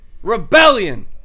Rebellion